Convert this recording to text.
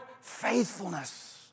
Faithfulness